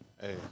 Hey